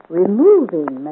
removing